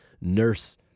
nurse